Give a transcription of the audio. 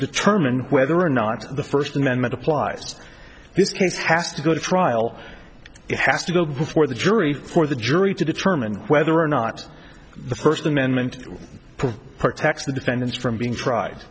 determine whether or not the first amendment applies to this case has to go to trial it has to go before the jury for the jury to determine whether or not the first amendment protects the defendant from being tried